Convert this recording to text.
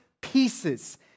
pieces